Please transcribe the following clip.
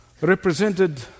represented